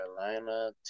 Carolina